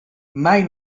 mai